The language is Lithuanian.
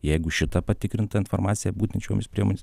jeigu šita patikrinta informacija būtent šiomis priemonės